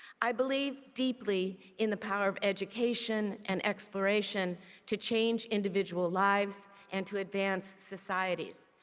i believe deeply in the power of education and exploration to change individual lives and to advanced societies.